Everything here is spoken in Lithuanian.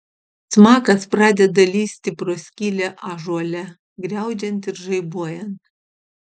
smakas pradeda lįsti pro skylę ąžuole griaudžiant ir žaibuojant